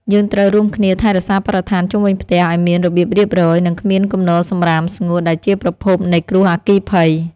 យើងត្រូវរួមគ្នាថែរក្សាបរិស្ថានជុំវិញផ្ទះឱ្យមានរបៀបរៀបរយ និងគ្មានគំនរសំរាមស្ងួតដែលជាប្រភពនៃគ្រោះអគ្គិភ័យ។